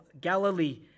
Galilee